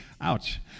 ouch